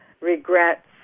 Regrets